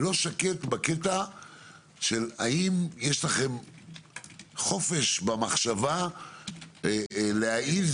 בקטע של האם יש לכם חופש במחשבה להעז